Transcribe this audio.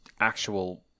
actual